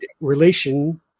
relation